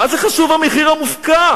מה זה חשוב, המחיר המופקע?